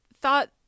thought